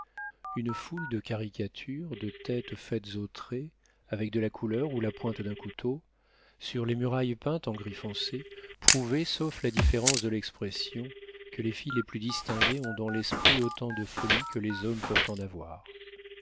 une foule de caricatures de têtes faites au trait avec de la couleur ou la pointe d'un couteau sur les murailles peintes en gris foncé prouvaient sauf la différence de l'expression que les filles les plus distinguées ont dans l'esprit autant de folie que les hommes peuvent en avoir